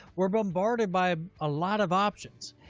we're bombarded by a lot of options.